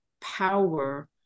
power